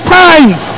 times